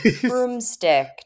broomstick